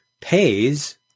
pays